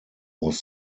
was